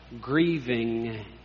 grieving